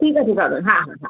ठीकु आहे ठीकु आहे हा हा हा